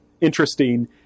interesting